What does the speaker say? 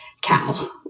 Cow